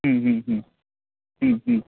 हं हं हं हं हं